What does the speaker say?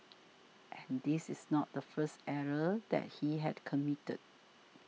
and this is not the first error that he had committed